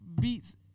beats